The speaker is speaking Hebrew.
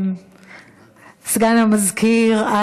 סגן המזכיר,